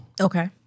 okay